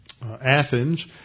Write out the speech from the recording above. Athens